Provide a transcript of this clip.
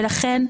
ולכן,